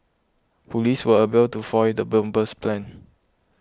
police were able to foil the bomber's plans